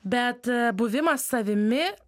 bet buvimas savimi